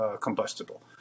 combustible